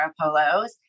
Polo's